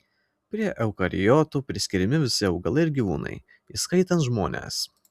prie eukariotų priskiriami visi augalai ir gyvūnai įskaitant žmones